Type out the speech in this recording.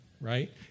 right